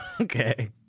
Okay